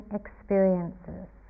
experiences